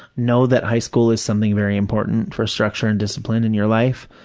know that high school is something very important for structure and discipline in your life.